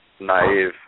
naive